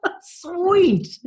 Sweet